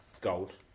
gold